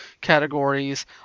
categories